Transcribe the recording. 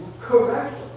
correctly